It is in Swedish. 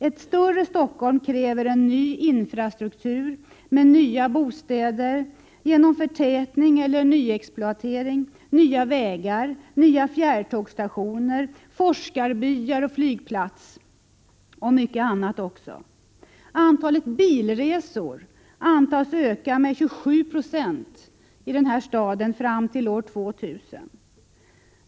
Ett större Stockholm kräver en ny infrastruktur med nya bostäder — genom förtätning eller nyexploatering — med nya vägar, nya fjärrtågsstationer, forskarbyar, flygplats och mycket annat. Antalet bilresor här i staden antas öka med 27 9 fram till år 2000.